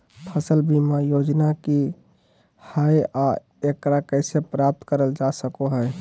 फसल बीमा योजना की हय आ एकरा कैसे प्राप्त करल जा सकों हय?